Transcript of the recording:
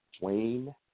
Wayne